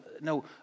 no